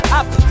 up